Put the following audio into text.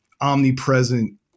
omnipresent